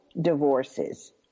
divorces